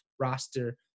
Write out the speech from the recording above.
roster